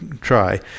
try